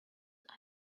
are